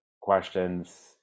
questions